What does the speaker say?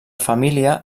família